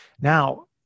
Now